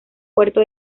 puerto